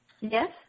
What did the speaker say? Yes